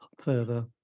further